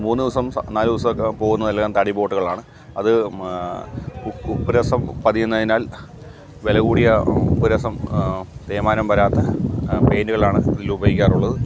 മൂന്ന് ദിവസം നാല് ദിവസം ഒക്കെ പോവുന്നതെല്ലാം തടി ബോട്ട്കളാണ് അത് ഉപ്പ് രസം പതിയുന്നതിനാല് വില കൂടിയ ഉപ്പ് രസം തേയ്മാനം വരാത്ത പേയിന്റ്കൾ ആണ് ഇതിൽ ഉപയോഗിക്കാറുള്ളത്